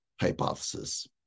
hypothesis